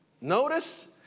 Notice